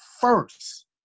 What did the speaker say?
first